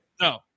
No